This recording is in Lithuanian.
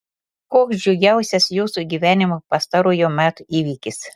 koks džiugiausias jūsų gyvenimo pastarojo meto įvykis